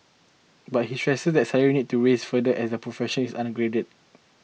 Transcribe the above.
but he stressed that salaries need to rise further as the profession is upgraded